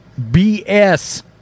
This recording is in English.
BS